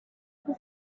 the